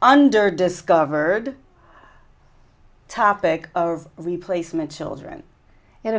under discovered topic of replacement children and